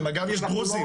במג"ב יש דרוזים,